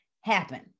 happen